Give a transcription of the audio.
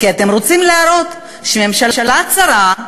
כי אתם רוצים להראות שממשלה צרה,